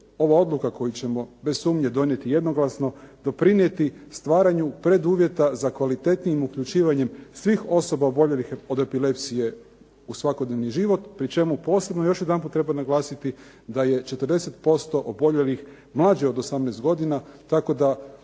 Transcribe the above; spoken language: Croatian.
ova odluka koju ćemo bez sumnje donijeti jednoglasno, doprinijeti stvaranju preduvjeta za kvalitetnijim uključivanjem svih osoba oboljelih od epilepsije u svakodnevni život pri čemu posebno još jedanput treba naglasiti da je 40% oboljelih mlađi od 18 godina, tako da